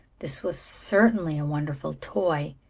this was certainly a wonderful toy,